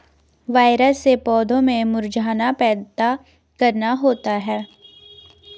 virus से पौधों में मुरझाना पैदा करना होता है